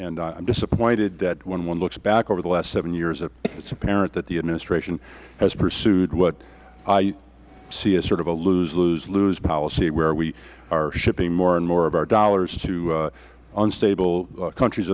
am disappointed when one looks back over the last seven years it is apparent the administration has pursued what i see as sort of a lose lose lose policy where we are shipping more and more of our dollars to unstable countries